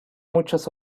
muchas